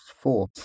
four